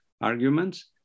arguments